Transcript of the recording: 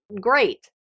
great